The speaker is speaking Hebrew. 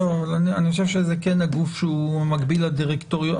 אני חושב שזה כן הגוף שהוא מקביל לדירקטוריון.